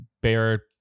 bear